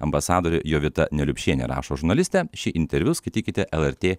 ambasadore jovita neliupšiene rašo žurnalistė šį interviu skaitykite lrt